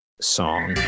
song